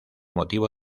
motivo